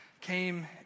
came